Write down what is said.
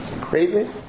Crazy